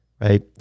right